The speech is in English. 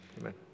amen